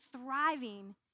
thriving